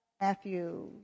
Matthew